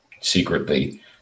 secretly